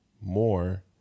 more